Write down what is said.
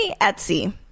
Etsy